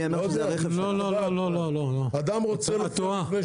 לא, לא, את טועה.